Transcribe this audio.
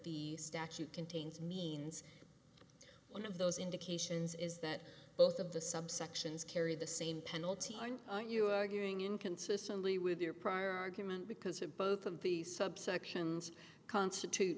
the statute contains means one of those indications is that both of the subsections carry the same penalty aren't you arguing inconsistently with your prior argument because who both of the subsections constitute